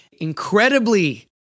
incredibly